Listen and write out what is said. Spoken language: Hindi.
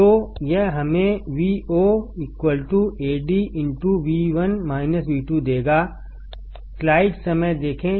तो यह हमें Vo Ad देगा